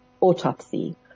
Autopsy